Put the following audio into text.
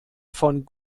von